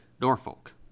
Norfolk